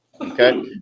Okay